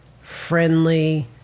friendly